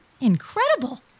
Incredible